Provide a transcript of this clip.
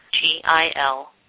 G-I-L